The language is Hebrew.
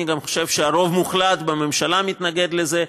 אני גם חושב שהרוב המוחלט בממשלה מתנגד לזה.